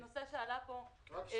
נושא שעלה כאן.